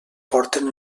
porten